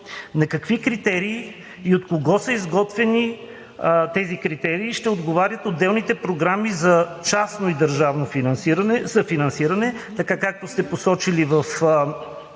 На какви критерии и от кого са изготвени тези критерии и ще отговарят отделните програми за частно и държавно съфинансиране, така както сте посочили в